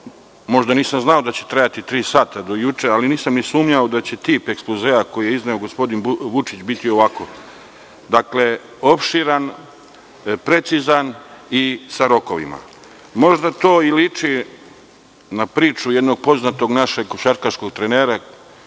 juče nisam znao da će trajati tri sata, ali nisam ni sumnjao da će tip ekspozea koji je izneo gospodin Vučić biti ovako opširan, precizan i sa rokovima. Možda to i liči na priču jednog poznatog našeg košarkaškog trenera,